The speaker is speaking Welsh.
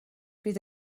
bydd